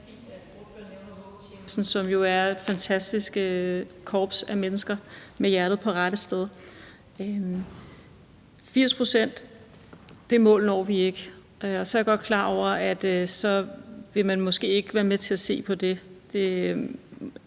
som jo er et fantastisk korps af mennesker med hjertet på rette sted. Vi når ikke det mål på 80 pct. Jeg er godt klar over, at man måske ikke vil være med til at se på det,